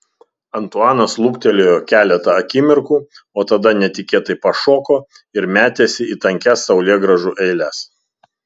antuanas luktelėjo keletą akimirkų o tada netikėtai pašoko ir metėsi į tankias saulėgrąžų eiles